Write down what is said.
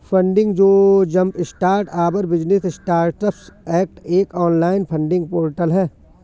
funding जो jumpstart our business startups act एक online funding portal है